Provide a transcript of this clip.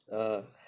uh